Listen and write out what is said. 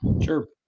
sure